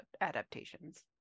adaptations